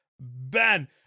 Ben